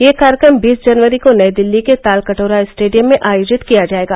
यह कार्यक्रम बीस जनवरी को नई दिल्ली के तालकटोरा स्टेडियम में आयोजित किया जाएगा